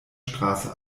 straße